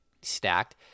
stacked